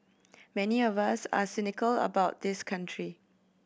many of us are cynical about this country